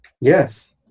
Yes